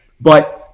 But-